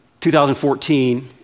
2014